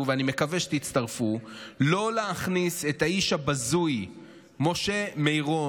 ואני מקווה שתצטרפו: לא להכניס את האיש הבזוי משה מירון,